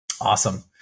Awesome